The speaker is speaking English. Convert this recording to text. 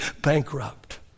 bankrupt